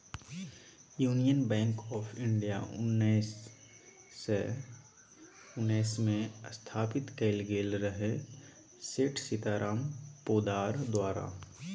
union Bank of India उन्नैस सय उन्नैसमे स्थापित कएल गेल रहय सेठ सीताराम पोद्दार द्वारा